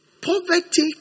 Poverty